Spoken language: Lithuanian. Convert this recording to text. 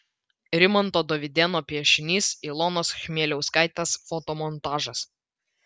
rimanto dovydėno piešinys ilonos chmieliauskaitės fotomontažas